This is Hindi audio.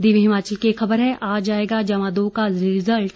दिव्य हिमाचल की एक खबर है आज आएगा जमा दो का रिजल्ट